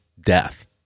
death